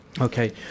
Okay